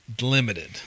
limited